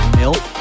milk